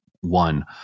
one